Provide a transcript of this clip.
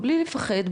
בלי לפחד,